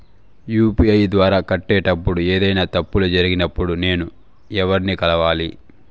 UPI ద్వారా కట్టేటప్పుడు ఏదైనా తప్పులు జరిగినప్పుడు నేను ఎవర్ని కలవాలి?